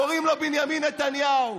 קוראים לו בנימין נתניהו.